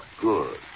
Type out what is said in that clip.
Good